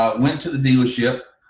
ah went to the dealership,